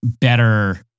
better